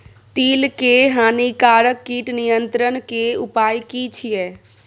तिल के हानिकारक कीट नियंत्रण के उपाय की छिये?